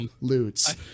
loots